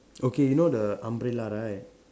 okay you know the umbrella right